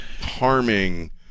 harming